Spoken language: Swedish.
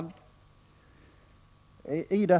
Herr talman!